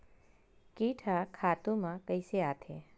कीट ह खातु म कइसे आथे?